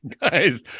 guys